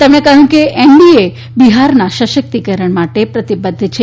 તેમણે કહ્યું કે એનડીએ બિહારના સશક્તિકરણ માટે પ્રતિબદ્ધ છે